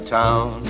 town